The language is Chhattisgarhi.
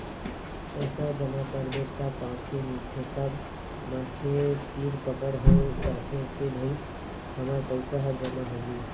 पइसा जमा करबे त पावती मिलथे तब मनखे तीर पकड़ हो जाथे के भई हमर पइसा ह जमा होगे